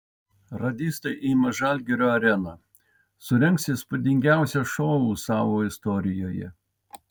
radistai ima žalgirio areną surengs įspūdingiausią šou savo istorijoje